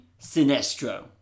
Sinestro